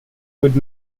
would